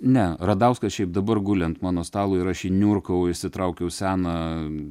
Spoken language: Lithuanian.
ne radauskas šiaip dabar guli ant mano stalo ir rašinių ir kol išsitraukiau seną